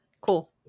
Cool